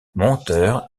monteur